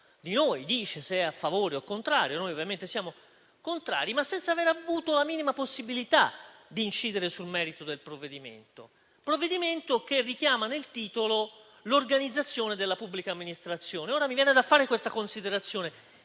di noi dice se è favorevole o contrario (noi ovviamente siamo contrari), ma senza aver avuto la minima possibilità di incidere sul merito del provvedimento. Tale procedimento richiama nel titolo l'organizzazione della pubblica amministrazione e mi viene da fare questa considerazione: